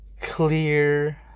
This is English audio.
clear